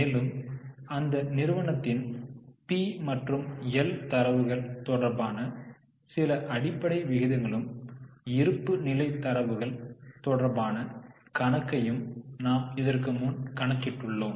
மேலும் அந்த நிறுவனத்தின் பி மற்றும் எல் தரவுகள் தொடர்பான சில அடிப்படை விகிதங்களும் இருப்பு நிலை தரவுகள் தொடர்பான கணக்கையும் நாம் இதற்கு முன் கணக்கிட்டுள்ளோம்